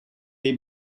dei